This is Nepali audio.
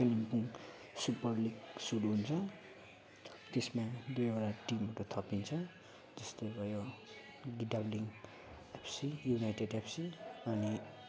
कालिम्पोङ सुपर लिग सुरु हुन्छ त्यसमा दुईवटा टिमहरू थपिन्छ त्यस्ता भयो गितडाब्लिङ एफसी युनाइटेड एफसी अनि